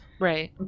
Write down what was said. right